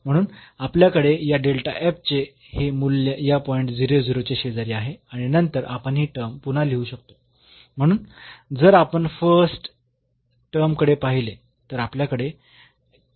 म्हणून आपल्याकडे या चे हे मूल्य या पॉईंट च्या शेजारी आहे आणि नंतर आपण ही टर्म पुन्हा लिहू शकतो म्हणून जर आपण फर्स्ट टर्म कडे पाहिले तर आपल्याकडे आहे